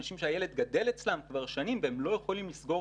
של אנשים שהילד גדל אצלם כבר שנים והם לא יכולים לסגור